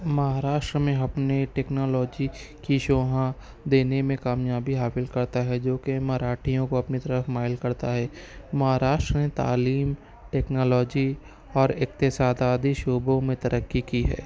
مہاراشٹر میں اپنے ٹیکنالوجی کی شوہاں دینے میں کامیابی حاصل کرتا ہے جو کہ مراٹھیوں کو اپنےطرف مائل کرتا ہے مہاراشٹر میں تعلیم ٹیکنالوجی اور اقتصاداتی شعبوں میں ترقی کی ہے